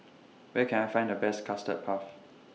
Where Can I Find The Best Custard Puff